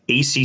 ACC